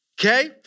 Okay